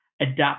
adapt